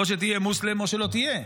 או שתהיה מוסלמי או שלא תהיה.